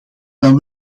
dan